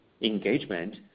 engagement